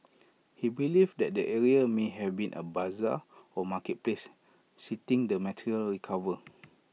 he believed that the area may have been A Bazaar or marketplace citing the material recovered